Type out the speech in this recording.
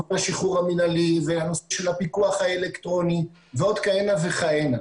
כמובן השחרור המנהלי והנושא של הפיקוח האלקטרוני ועוד כהנה וכהנה,